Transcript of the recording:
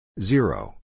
Zero